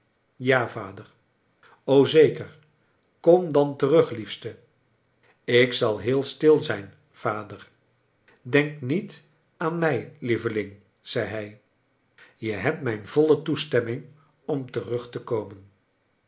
ja vader o zeker kom dan terug liefste jk zal heel stil zijn vader denk niet aan mij lieveling zei hij je hebt mijn voile toestemming om terug te komen